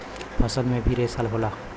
फल में भी रेसा होला